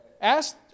Ask